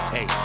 Hey